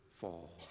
fall